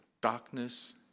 darkness